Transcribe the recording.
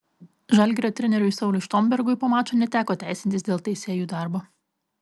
žalgirio treneriui sauliui štombergui po mačo neteko teisintis dėl teisėjų darbo